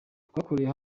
twakoreye